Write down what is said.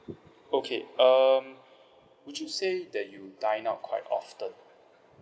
okay um would you say that you dine out quite often